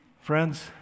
Friends